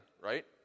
right